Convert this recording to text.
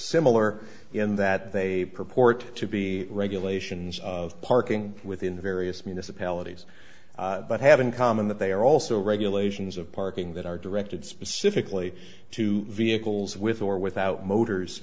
similar in that they purport to be regulations of parking within various municipalities but have in common that they are also regulations of parking that are directed specifically to vehicles with or without motors